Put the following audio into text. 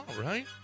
right